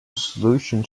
solutions